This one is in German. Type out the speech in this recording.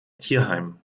tierheim